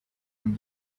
and